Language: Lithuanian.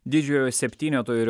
didžiojo septyneto ir